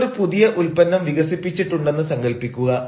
നിങ്ങൾ ഒരു പുതിയ ഉൽപ്പന്നം വികസിപ്പിച്ചിട്ടുണ്ടെന്ന് സങ്കൽപ്പിക്കുക